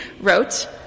wrote